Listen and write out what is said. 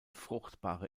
fruchtbare